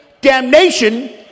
damnation